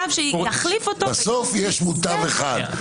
בסוף יש מוטב אחד,